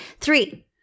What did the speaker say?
Three